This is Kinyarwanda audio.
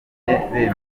byatumye